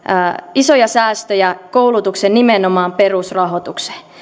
isoja säästöjä nimenomaan koulutuksen perusrahoitukseen